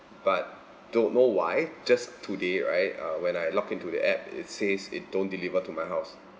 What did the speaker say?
but don't know why just today right uh when I logged into the app it says it don't deliver to my house